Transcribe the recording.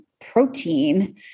protein